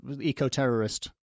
eco-terrorist